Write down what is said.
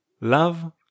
Love